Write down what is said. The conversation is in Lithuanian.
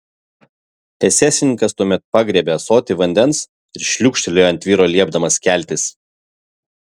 esesininkas tuomet pagriebė ąsotį vandens ir šliūkštelėjo ant vyro liepdamas keltis